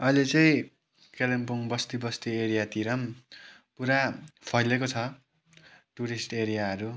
अहिले चाहिँ कालिम्पोङ बस्ती बस्ती एरियातिर पनि पुरा फैलिएको छ टुरिस्ट एरियाहरू